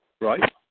right